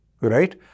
right